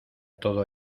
todo